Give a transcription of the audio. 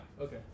Okay